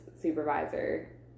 supervisor